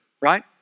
right